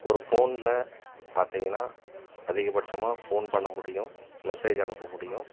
ஒரு ஃபோனில் பார்த்தீங்கன்னா அதிகபட்சமாக ஃபோன் பண்ண முடியும் மெசேஜ் அனுப்ப முடியும்